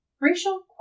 Racial